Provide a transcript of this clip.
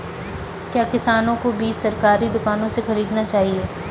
क्या किसानों को बीज सरकारी दुकानों से खरीदना चाहिए?